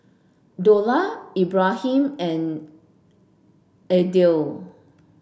Dollah Ibrahim and Aidil